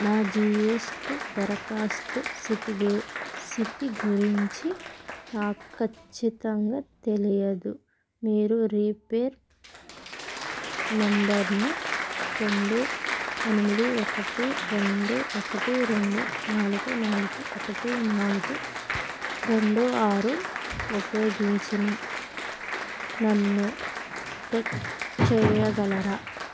నా జీఎస్టి దరఖాస్తు సితిగు స్థితి గురించి నాకు ఖచ్చితంగా తెలియదు మీరు రిఫరెన్స్ నెంబర్ను రెండు ఎనిమిది ఒకటి రెండు ఒకటి రెండు నాలుగు నాలుగు ఒకటి నాలుగు రెండు ఆరు ఉపయోగించి నన్ను ట్రాక్ చేయగలరా